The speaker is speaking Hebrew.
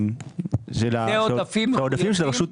אלה עודפים מחויבים?